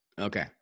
Okay